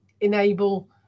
enable